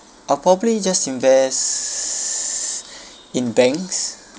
or probably just invests in banks